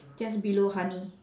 just below honey